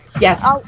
yes